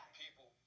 people